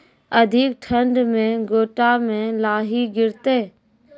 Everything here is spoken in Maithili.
अधिक ठंड मे गोटा मे लाही गिरते?